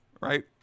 Right